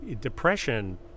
depression